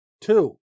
Two